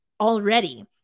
already